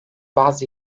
bazı